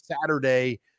Saturday